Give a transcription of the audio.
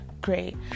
great